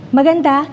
Maganda